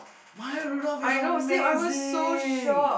Maya-Rudolph is amazing